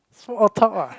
so all talk ah